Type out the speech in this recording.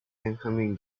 benjamin